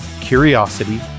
curiosity